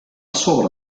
sobre